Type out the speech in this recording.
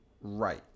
Right